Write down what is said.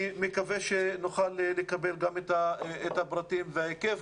אני מקווה שנוכל לקבל גם את הפרטים וההיקף.